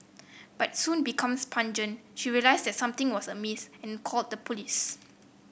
but soon becomes pungent she realized that something was amiss and called the police